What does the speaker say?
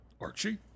Archie